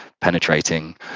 penetrating